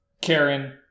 Karen